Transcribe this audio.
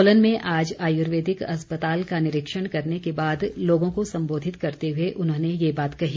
सोलन में आज आयुर्वेदिक अस्पताल का निरीक्षण करने के बाद लोगों को सम्बोधित करते हुए उन्होंने ये बात कही